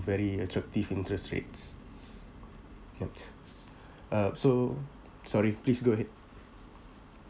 very attractive interest rates yup s~ uh so sorry please go ahead